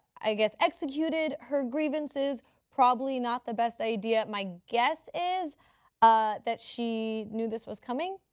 i guess executed her grievances probably not the best idea. my guess is ah that she knew this was coming,